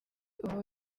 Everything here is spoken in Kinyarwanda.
ubu